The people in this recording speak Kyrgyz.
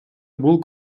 бул